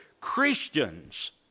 Christians